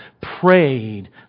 prayed